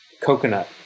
coconut